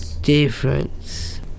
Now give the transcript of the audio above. difference